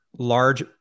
Large